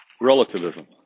relativism